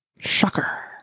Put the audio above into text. Shocker